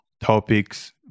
topics